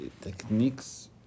techniques